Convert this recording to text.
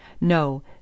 No